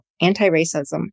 anti-racism